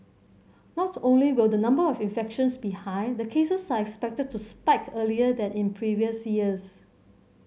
not only will the number of infections be high the cases are expected to spike earlier than in previous years